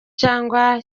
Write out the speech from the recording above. cyangwa